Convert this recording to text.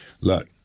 look